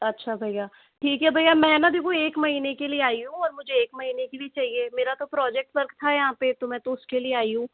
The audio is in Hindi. अच्छा भैया ठीक है भैया मैं ना देखो एक महीने के लिए आई हूँ और मुझे एक महीने के लिए चाहिए मेरा तो प्रोजेक्ट वर्क था यहाँ पे तो मैं तो उसके लिए आई हूँ